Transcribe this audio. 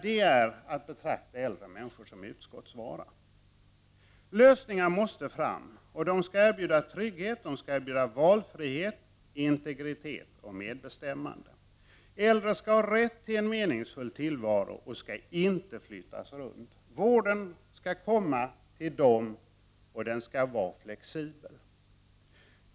Det är att betrakta äldre människor som utskottsvara. Lösningar måste fram, och de skall erbjuda trygghet, valfrihet, integritet och medbestämmande. Äldre människor skall ha rätt till en meningsfull tillvaro, och de skall inte flyttas runt. Vården skall komma till dem, och den skall vara flexibel.